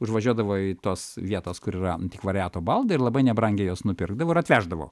užvažiuodavau į tos vietos kur yra antikvariato baldai ir labai nebrangiai juos nupirkdavau ir atveždavau